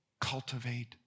Cultivate